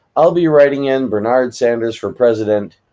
i'll be writing in bernard sanders for president,